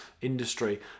industry